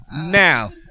Now